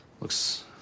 Looks